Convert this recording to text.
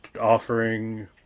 offering